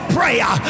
prayer